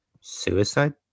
Suicide